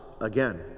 again